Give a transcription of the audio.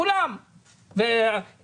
כולם היו.